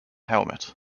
helmet